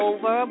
Over